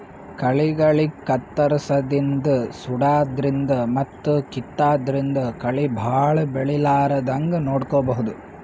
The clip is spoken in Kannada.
ಕಳಿಗಳಿಗ್ ಕತ್ತರ್ಸದಿನ್ದ್ ಸುಡಾದ್ರಿನ್ದ್ ಮತ್ತ್ ಕಿತ್ತಾದ್ರಿನ್ದ್ ಕಳಿ ಭಾಳ್ ಬೆಳಿಲಾರದಂಗ್ ನೋಡ್ಕೊಬಹುದ್